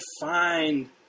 find